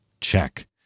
Check